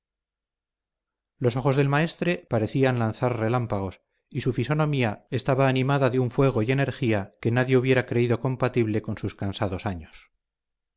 los ojos del maestre parecían lanzar relámpagos y su fisonomía estaba animada de un fuego y energía que nadie hubiera creído compatible con sus cansados años